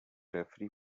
referee